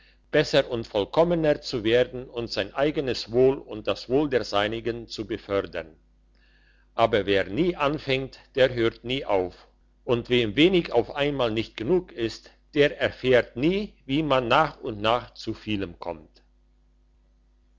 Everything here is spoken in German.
besser und vollkommener zu werden und sein eigenes wohl und das wohl der seinigen zu befördern aber wer nie anfängt der hört nie auf und wem wenig auf einmal nicht genug ist der erfährt nie wie man nach und nach zu vielem kommt